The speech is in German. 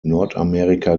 nordamerika